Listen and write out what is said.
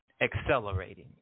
accelerating